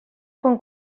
quan